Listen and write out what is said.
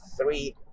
three